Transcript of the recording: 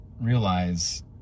realize